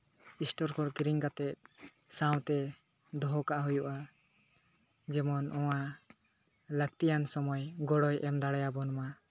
store ᱠᱷᱚᱱ ᱠᱤᱨᱤᱧ ᱠᱟᱛᱮᱫ ᱥᱟᱶᱛᱮ ᱫᱚᱦᱚ ᱠᱟᱜ ᱦᱩᱭᱩᱜᱼᱟ ᱡᱮᱢᱚᱱ ᱚᱱᱟ ᱞᱟᱹᱠᱛᱤᱭᱟᱱ ᱥᱚᱢᱚᱭ ᱜᱚᱲᱚᱭ ᱮᱢ ᱫᱟᱲᱮᱭᱟᱵᱚᱱᱢᱟ